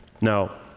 Now